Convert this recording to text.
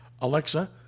Alexa